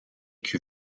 cul